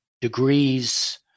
degrees